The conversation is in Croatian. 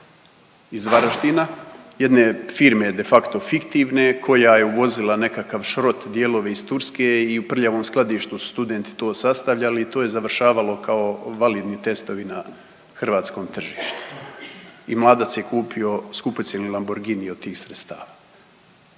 iz Varaždina, jedne firme de facto fiktivne koja je uvozila nekakav šrot dijelove iz Turske i u prljavom skladištu studenti to sastavljali i to je završavalo kao validni testovi na hrvatskom tržištu. I mladac je kupio skupocjeni Lamborgini od tih sredstava.